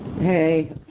Hey